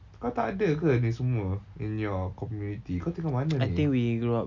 kau takde ke ni semua in your community kau tinggal mana ni